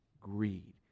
greed